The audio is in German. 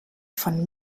von